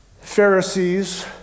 Pharisees